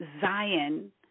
Zion